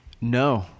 No